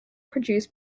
produce